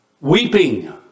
weeping